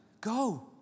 Go